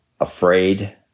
afraid